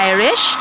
Irish